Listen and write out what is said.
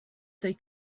they